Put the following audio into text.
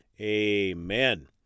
Amen